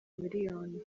miliyoni